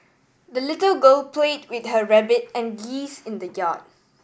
the little girl played with her rabbit and geese in the yard